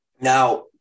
Now